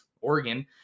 Oregon